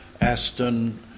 Aston